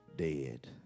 dead